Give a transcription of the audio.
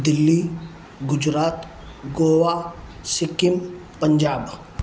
Delhi Gujarat Goa Sikkim Punjab